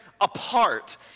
apart